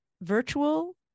virtual